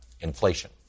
Inflation